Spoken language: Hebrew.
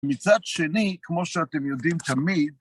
מצד שני, כמו שאתם יודעים תמיד,